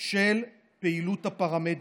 של פעילות הפרמדיקים.